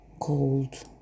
cold